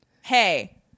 hey